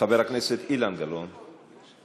חבר הכנסת אילן גילאון, מוותר,